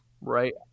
Right